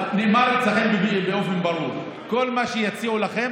זה נאמר אצלכם באופן ברור: כל מה שיציעו לכם,